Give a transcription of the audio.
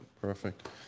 perfect